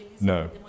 no